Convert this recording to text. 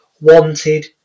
wanted